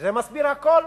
וזה מסביר הכול.